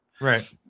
Right